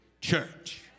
church